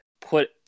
put